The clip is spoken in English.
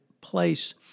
place